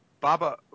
Baba